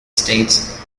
states